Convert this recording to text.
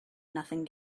nothing